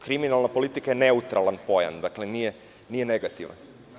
Kriminalna politika je neutralan pojam, dakle, nije negativan.